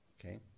Okay